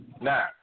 Now